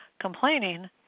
complaining